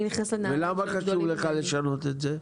אני --- ולמה חשוב לך לשנות את זה?